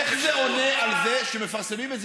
איך זה עונה על זה שמפרסמים את זה